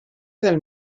del